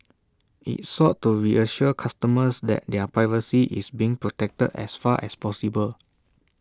IT sought to reassure customers that their privacy is being protected as far as possible